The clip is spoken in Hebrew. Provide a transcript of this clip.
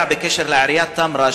כבוד השר יודע בקשר לעיריית תמרה,